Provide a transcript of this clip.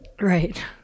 Right